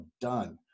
done